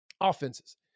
offenses